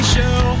Show